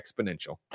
exponential